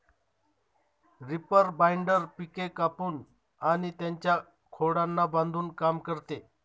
reaper binder पिके कापून आणि त्यांच्या खोडांना बांधून काम करते